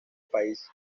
país